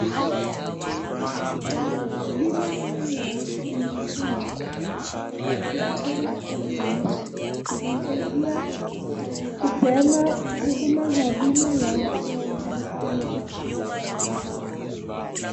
Bima hii ni ya mifugo ya, Kenya Orient. Inasaidia kupeana huduma za bima ya wanyama pori.